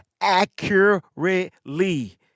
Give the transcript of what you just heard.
accurately